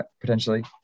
potentially